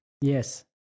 Yes